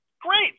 Great